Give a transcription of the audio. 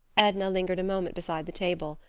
edna lingered a moment beside the table,